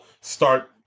start